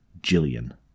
Jillian